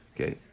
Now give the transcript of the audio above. okay